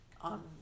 on